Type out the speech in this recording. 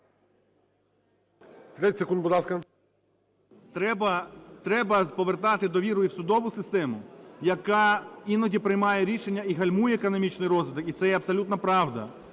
Треба повертати довіру і в судову систему, яка іноді приймає рішення і гальмує економічний розвиток, і це є абсолютна правда.